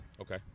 Okay